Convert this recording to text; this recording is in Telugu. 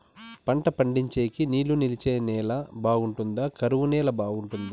పంట పండించేకి నీళ్లు నిలిచే నేల బాగుంటుందా? కరువు నేల బాగుంటుందా?